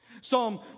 Psalm